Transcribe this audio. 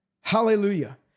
Hallelujah